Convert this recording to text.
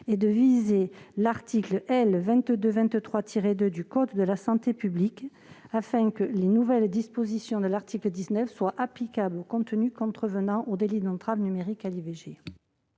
et de viser l'article L. 2223-2 du code de la santé publique, afin que les nouvelles dispositions de l'article 19 soient applicables aux contenus entrant dans le cadre du délit d'entrave numérique à l'IVG.